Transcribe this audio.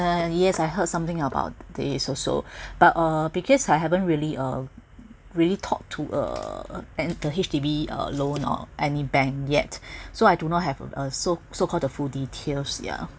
and yes I heard something about this also but uh because I haven't really uh really talk to uh then the H_D_B uh loan or any bank yet so I do not have a so so called the full details yeah